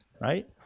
right